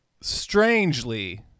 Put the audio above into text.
strangely